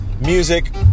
music